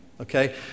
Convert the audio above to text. Okay